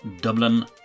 Dublin